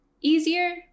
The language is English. easier